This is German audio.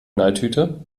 knalltüte